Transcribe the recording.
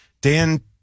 Dan